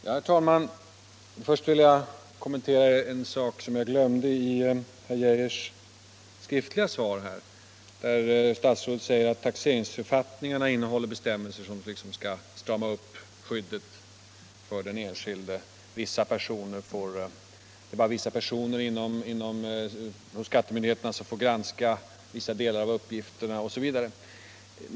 Herr talman! Först vill jag kommentera en sak i herr Geijers inledande = den anförande som jag glömde att ta upp, nämligen statsrådets yttrande att taxeringsförfattningarna innehåller bestämmelser som skall strama upp skyddet för den enskilde. Det gäller sådant som att vissa delar av uppgifterna skall få granskas enbart av vissa personer på skattemyndigheterna osv.